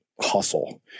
Hustle